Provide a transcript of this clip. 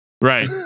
Right